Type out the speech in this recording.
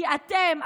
כי אתם,